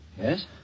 Yes